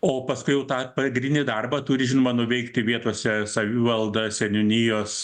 o paskui jau tą pagrindinį darbą turi žinoma nuveikti vietose savivalda seniūnijos